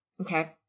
Okay